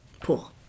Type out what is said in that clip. pool